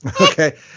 Okay